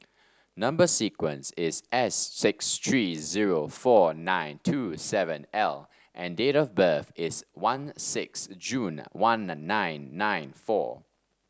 number sequence is S six three zero four nine two seven L and date of birth is one six June one nine nine four